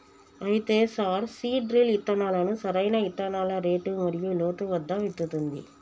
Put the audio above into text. అయితే sir seed drill ఇత్తనాలను సరైన ఇత్తనాల రేటు మరియు లోతు వద్ద విత్తుతుంది